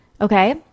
okay